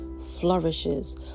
flourishes